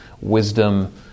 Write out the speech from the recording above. wisdom